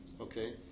okay